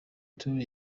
tour